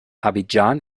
abidjan